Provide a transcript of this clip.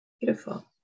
beautiful